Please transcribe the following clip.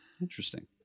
Interesting